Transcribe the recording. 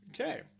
Okay